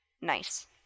Nice